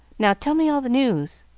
now tell me all the news.